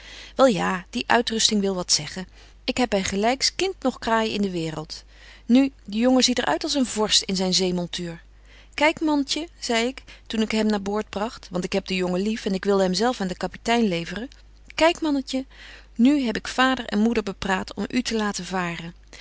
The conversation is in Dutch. wel ja diè uitrusting wil wat zeggen ik heb by gelyks kind noch kraai in de waereld nu de jongen ziet er uit als een vorst in zyn zeemontuur kyk mantje zei ik toen ik hem naar boord bragt want ik heb den jongen lief en wilde hem zelf aan den kaptein leveren kyk mantje nu heb ik vader en moeder bepraat om u te laten varen